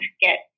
get